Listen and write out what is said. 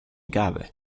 gabe